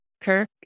Kirk